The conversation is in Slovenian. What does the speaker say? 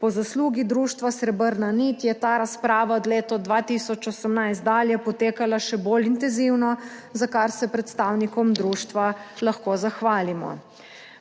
Po zaslugi Društva Srebrna nit, je ta razprava od leta 2018 dalje potekala še bolj intenzivno, za kar se predstavnikom društva lahko zahvalimo.